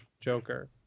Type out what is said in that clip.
Joker